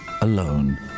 alone